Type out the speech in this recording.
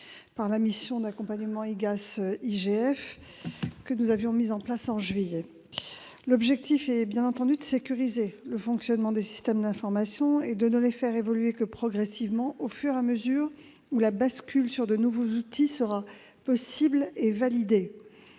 par la mission d'accompagnement IGAS-IGF que nous avions mise en place en juillet. L'objectif est bien entendu de sécuriser le fonctionnement des systèmes d'information et de ne les faire évoluer que progressivement, au fur et à mesure que la bascule sur de nouveaux outils sera possible et validée.